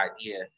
idea